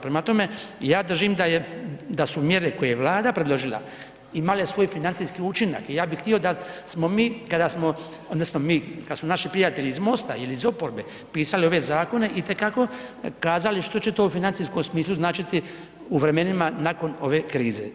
Prema tome, ja držim da je, da su mjere koje je Vlada predložile imale svoj financijski učinak i ja bih htio da smo mi, kada smo odnosno mi, kad su naši prijatelji iz MOST-a ili iz oporbe pisali ove zakone, itekako kazali što će to u financijskom smislu značiti u vremenima nakon ove krize.